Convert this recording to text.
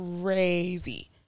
crazy